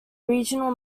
regional